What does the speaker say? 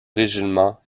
régiment